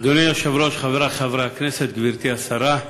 אדוני היושב-ראש, חברי חברי הכנסת, גברתי השרה,